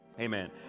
Amen